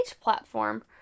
platform